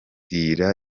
ibyuma